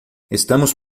estamos